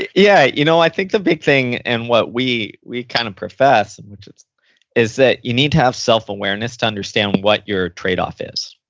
yeah, you know i think the big thing and what we we kind of profess and which is is that you need to have self-awareness to understand what your trade off is.